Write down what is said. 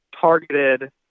targeted